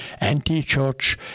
anti-church